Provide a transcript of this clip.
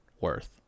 worth